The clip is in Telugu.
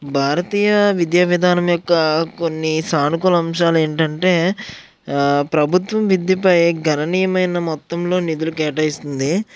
భారతీయ విద్యా విధానం యొక్క కొన్ని సానుకూల అంశాలేంటంటే ప్రభుత్వం విద్యపై గరనీయమైన మొత్తంలో నిధులు కేటాయిస్తుంది